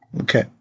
Okay